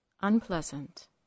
unpleasant